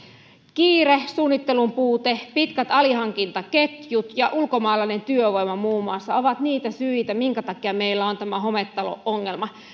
kiire suunnittelun puute pitkät alihankintaketjut ja ulkomaalainen työvoima muun muassa ovat niitä syitä minkä takia meillä on tämä hometalo ongelma